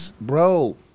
bro